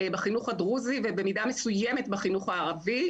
בחינוך הדרוזי ובמידה מסוימת בחינוך הערבי,